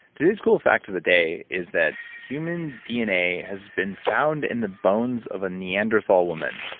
today's cool fact of the day is that human dna has been found in the bones of a neanderthal woman,